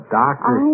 doctor